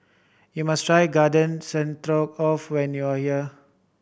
you must try Garden Stroganoff when you are here